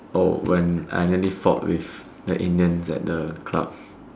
oh when I nearly fought with the Indians at the club